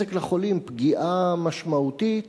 נזק לחולים, פגיעה משמעותית